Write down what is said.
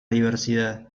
diversidad